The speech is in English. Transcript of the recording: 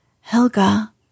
helga